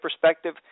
perspective